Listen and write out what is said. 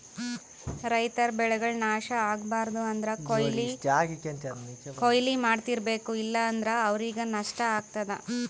ರೈತರ್ ಬೆಳೆಗಳ್ ನಾಶ್ ಆಗ್ಬಾರ್ದು ಅಂದ್ರ ಕೊಯ್ಲಿ ಮಾಡ್ತಿರ್ಬೇಕು ಇಲ್ಲಂದ್ರ ಅವ್ರಿಗ್ ನಷ್ಟ ಆಗ್ತದಾ